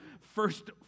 first